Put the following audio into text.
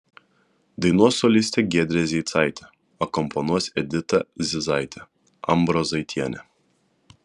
dainuos solistė giedrė zeicaitė akompanuos edita zizaitė ambrozaitienė